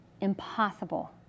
impossible